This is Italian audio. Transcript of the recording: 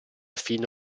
fino